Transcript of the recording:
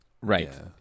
Right